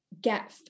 get